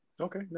Okay